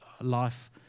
life